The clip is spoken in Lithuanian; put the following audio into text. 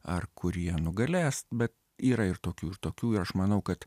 ar kurie nugalės bet yra ir tokių tokių ir aš manau kad